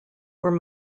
were